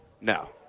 No